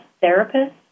therapist